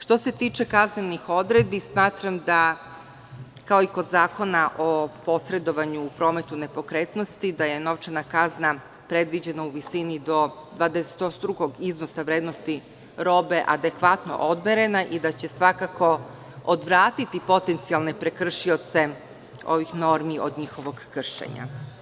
Što se tiče kaznenih odredbi, smatram kao i kod Zakona o posredovanju u prometu nepokretnosti, da je novčana kazna predviđena u visini do dvadesetostrukog iznosa vrednosti robe adekvatno odmerena i da će svakako odvratiti potencijalne prekršioce ovih normi od njihovog kršenja.